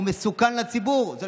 בדמוקרטיה הציבור צריך לקבוע.